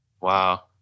Wow